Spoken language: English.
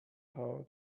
how